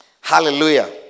Hallelujah